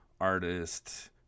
artist